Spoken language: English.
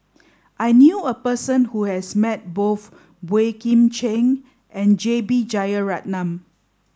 I knew a person who has met both Boey Kim Cheng and J B Jeyaretnam